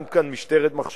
אין כאן משטרת מחשבות.